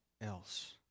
else